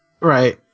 Right